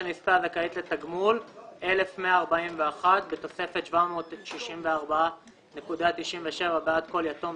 נספה הזכאית לתגמול 1,141 בתוספת 764.97 בעד כל יתום,